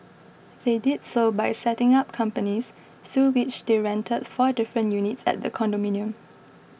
they did so by setting up companies through which they rented four different units at the condominium